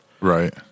right